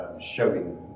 showing